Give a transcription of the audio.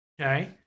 okay